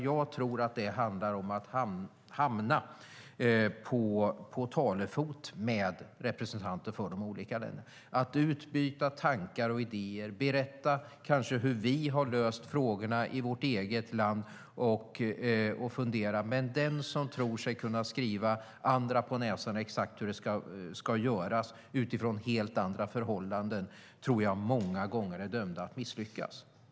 Jag tror att det handlar om att hamna på talefot med representanter för de olika länderna - att utbyta tankar och idéer, kanske berätta hur vi i vårt eget land har löst frågorna och så vidare. Men den som kommer från helt andra förhållanden och som tror sig kunna skriva andra på näsan exakt hur det ska göras är nog många gånger dömd att misslyckas.